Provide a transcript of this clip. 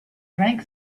drank